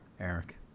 Eric